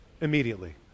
immediately